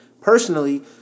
Personally